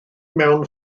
mewn